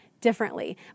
differently